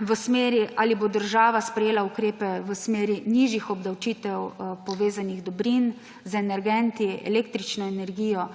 v smeri, ali bo država sprejela ukrepe v smeri nižjih obdavčitev povezanih dobrin z energenti, električno energijo